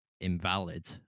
invalid